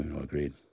agreed